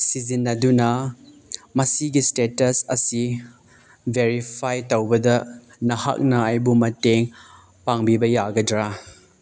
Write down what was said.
ꯁꯤꯖꯤꯟꯅꯗꯨꯅ ꯃꯁꯤꯒꯤ ꯏꯁꯇꯦꯇꯁ ꯑꯁꯤ ꯕꯦꯔꯤꯐꯥꯏ ꯇꯧꯕꯗ ꯅꯍꯥꯛꯅ ꯑꯩꯕꯨ ꯃꯇꯦꯡ ꯄꯥꯡꯕꯤꯕ ꯌꯥꯒꯗ꯭ꯔꯥ